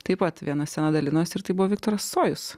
taip pat viena scena dalinosi ir tai buvo viktoras cojus